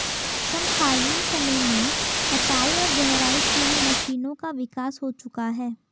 समकालीन समय में कटाई और गहराई के लिए मशीनों का विकास हो चुका है